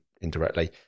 indirectly